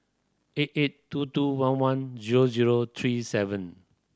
eight eight two two one one zero zero three seven